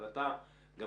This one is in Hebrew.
אבל אני שואל גם